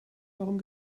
eurem